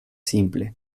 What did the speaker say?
simple